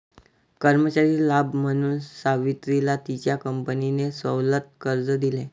कर्मचारी लाभ म्हणून सावित्रीला तिच्या कंपनीने सवलत कर्ज दिले